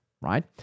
right